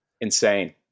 Insane